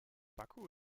baku